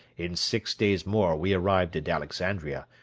in six days more we arrived at alexandria,